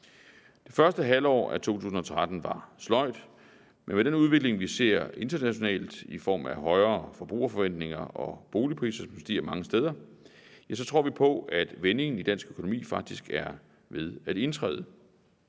Det første halvår af 2013 var sløjt, men med den udvikling, vi ser internationalt i form af højere forbrugerforventninger og med boligpriser, der mange steder stiger, tror vi på, at vendingen i dansk økonomi faktisk er ved at indtræde.